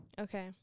Okay